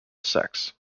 sex